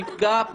נאמר שם במפורש.